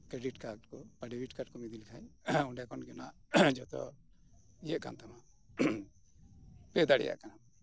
credit card ᱠᱚ ᱵᱟ debit card ᱠᱚᱢ ᱤᱫᱤ ᱞᱮᱠᱷᱟᱱ ᱚᱸᱰᱮ ᱠᱷᱚᱱ ᱜᱮ ᱚᱱᱟ ᱡᱚᱛᱚ ᱤᱭᱟᱹᱜ ᱠᱟᱱ ᱛᱟᱢᱟ ᱯᱮᱹ ᱫᱟᱲᱮᱭᱟᱜ ᱠᱟᱱᱟᱢ